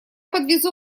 подвезу